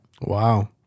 wow